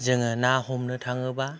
जोंङो ना हमनो थांङोब्ला